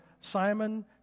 Simon